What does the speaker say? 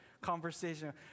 conversation